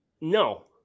No